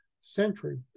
Century